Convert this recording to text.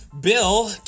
bill